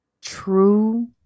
true